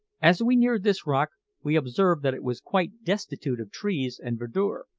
as we neared this rock we observed that it was quite destitute of trees and verdure,